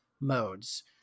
modes